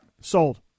sold